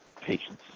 Patience